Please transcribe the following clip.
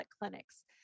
clinics